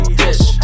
dish